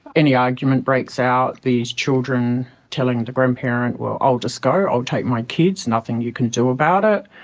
any argument breaks out, these children telling the grandparent, well, i'll just go, i'll take my kids, nothing you can do about it.